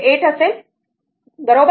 8 असेल बरोबर